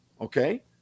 okay